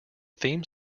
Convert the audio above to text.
theme